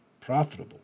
profitable